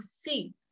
see